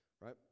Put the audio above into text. right